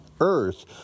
earth